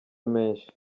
menshi